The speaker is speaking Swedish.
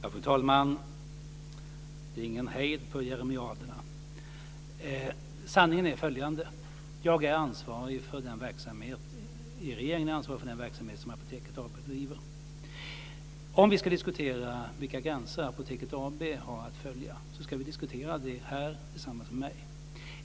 Fru talman! Det är ingen hejd på jeremiaderna. Sanningen är följande. Jag är ansvarig i regeringen för den verksamhet som Apoteket bedriver. Om vi vill diskutera vilka gränser Apoteket har att följa ska vi diskutera det här tillsammans.